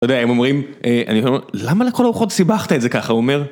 אתה יודע, הם אומרים, אני אומר, למה לכל הרוחות סיבכת את זה ככה? הוא אומר